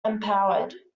powered